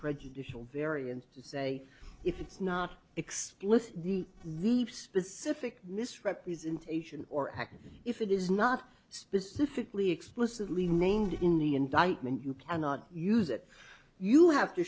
prejudicial variance to say if it's not explicit the the specific misrepresentation or act if it is not specifically explicitly named in the indictment you cannot use it you have to